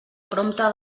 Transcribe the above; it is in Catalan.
prompte